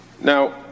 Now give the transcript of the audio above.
Now